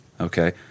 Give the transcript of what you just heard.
okay